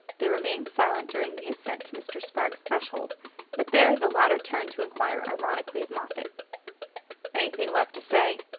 they remained silent during the ascent to mr. spragg's threshold but there the latter turned to enquire ironically of moffatt anything left to say?